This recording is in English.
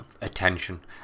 Attention